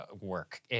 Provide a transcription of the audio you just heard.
work